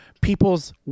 people's